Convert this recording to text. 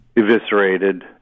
eviscerated